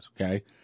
okay